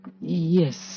yes